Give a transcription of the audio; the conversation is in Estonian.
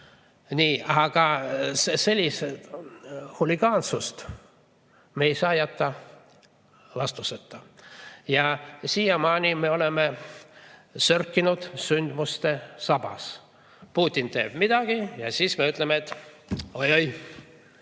Aga sellist huligaansust me ei saa jätta vastuseta ja siiamaani me oleme sörkinud sündmuste sabas. Putin teeb midagi ja siis me ütleme, et oi-oi,